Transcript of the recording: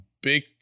big